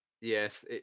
Yes